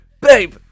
Babe